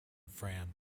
fran